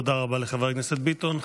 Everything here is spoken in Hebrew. תודה רבה לחבר הכנסת ביטון.